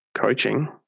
Coaching